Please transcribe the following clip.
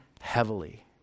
heavily